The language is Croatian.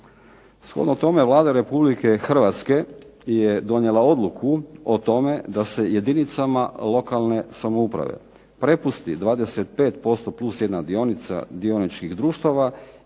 Shodno tome Vlada Republike Hrvatske je donijela odluku o tome da se jedinicama lokalne samouprave prepusti 25% plus jedna dionica dioničkih društava